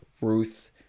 Ruth